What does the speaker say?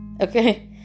Okay